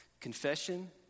Confession